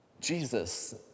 Jesus